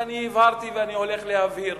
ואני הבהרתי ואני הולך להבהיר